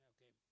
Okay